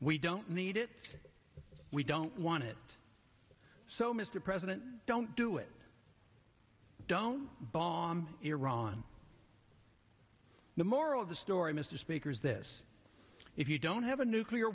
we don't need it we don't want it so mr president don't do it don't bomb iran the moral of the story mr speaker is this if you don't have a nuclear